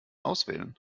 auswählen